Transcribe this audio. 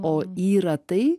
o yra tai